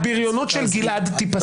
הבריונות של גלעד תיפסק.